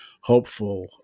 hopeful